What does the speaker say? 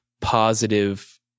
positive